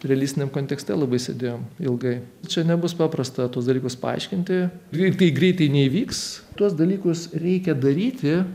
realistiniam kontekste labai sėdėjom ilgai čia nebus paprasta tuos dalykus paaiškinti greitai neįvyks tuos dalykus reikia daryti